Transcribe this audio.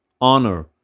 honor